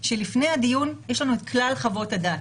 שלפני הדיון יש לנו את כלל חוות הדעת.